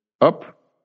up